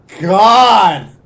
god